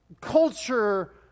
culture